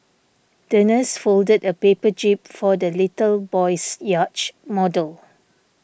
the nurse folded a paper jib for the little boy's yacht model